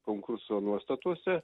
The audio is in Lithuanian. konkurso nuostatuose